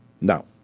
Now